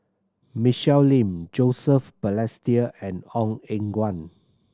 Michelle Lim Joseph Balestier and Ong Eng Guan